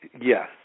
yes